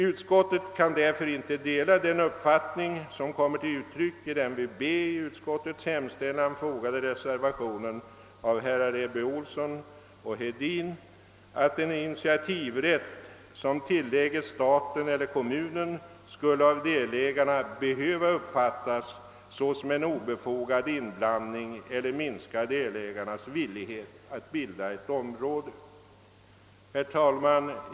Utskottet kan därför inte dela den uppfattning som kommer till uttryck i den vid moment B i utskottets hemställan fogade reservationen II av herrar Ebbe Ohlsson och Hedin, nämligen att den initiativrätt som tillägges staten eller kommunen av delägarna skulle kunna uppfattas såsom en obefogad inblandning och minska deras villighet att bilda fiskevårdsområde. Herr talman!